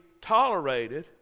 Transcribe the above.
tolerated